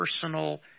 personal